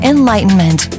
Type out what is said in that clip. Enlightenment